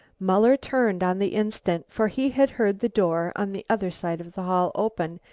muller turned on the instant, for he had heard the door on the other side of the hall open,